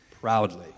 proudly